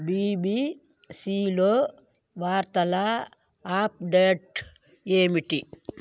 బిబిసిలో వార్తల అప్డేట్ ఏమిటి